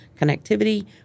connectivity